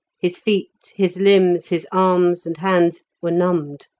his feet, his limbs, his arms, and hands were numbed.